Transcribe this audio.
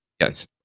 yes